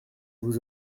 vous